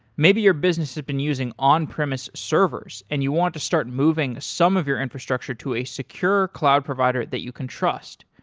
maybe your business have been using on-premise servers and you want to start moving some of your infrastructure to a secure cloud provider that you can trust.